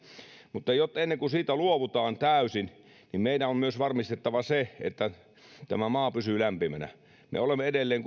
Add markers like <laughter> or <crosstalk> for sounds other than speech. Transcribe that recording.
mutta ennen kuin siitä luovutaan täysin niin meidän on myös varmistettava se että tämä maa pysyy lämpimänä me olemme edelleen <unintelligible>